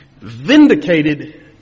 vindicated